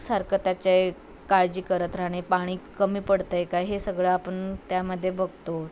सारखं त्याचे काळजी करत राहणे पाणी कमी पडतंय का हे सगळं आपण त्यामध्ये बघतो